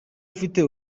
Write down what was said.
ufite